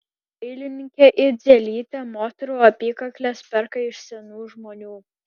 dailininkė idzelytė moterų apykakles perka iš senų žmonių